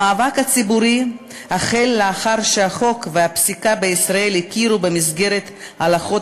המאבק הציבורי החל לאחר שהחוק והפסיקה בישראל הכירו במסגרת הלכות